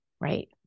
Right